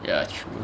ya true